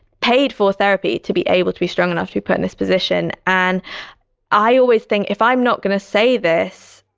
paid for therapy, to be able to be strong enough to put in this position. and i always think if i'm not going to say this,